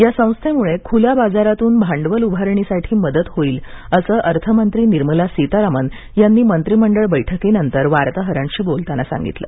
या संस्थेमुळे खुल्या बाजारातून भांडवल उभारणीसाठी मदत होईल असं अर्थमंत्री निर्मला सीतारामन यांनी मंत्रीमंडळ बैठकीनंतर वार्ताहरांशी बोलताना सांगितलं